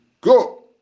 go